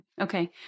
Okay